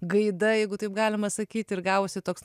gaida jeigu taip galima sakyti ir gavosi toks